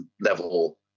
level